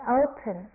open